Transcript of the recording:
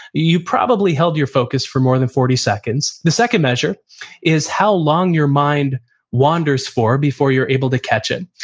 you probably held your focus for more than forty seconds. the second measure is how long your mind wanders for before you're able to catch it.